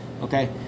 Okay